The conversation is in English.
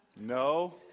No